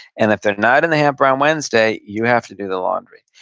and if they're not in the hamper on wednesday, you have to do the laundry,